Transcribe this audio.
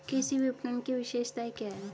कृषि विपणन की विशेषताएं क्या हैं?